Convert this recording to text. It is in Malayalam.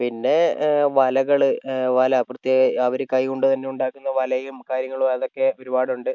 പിന്നെ വലകൾ വല പ്രത്യേ അവർ കൈകൊണ്ടുതന്നെ ഉണ്ടാക്കുന്ന വലയും കാര്യങ്ങളും അതൊക്കെ ഒരുപാടുണ്ട്